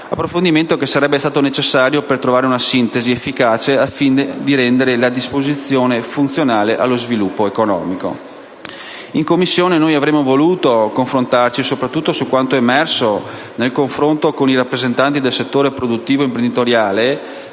approfondimento, ovviamente necessario per trovare una sintesi efficace al fine di rendere la disposizione funzionale allo sviluppo economico. In Commissione avremmo voluto dibattere sopratutto su quanto emerso nel confronto con i rappresentanti del settore produttivo e imprenditoriale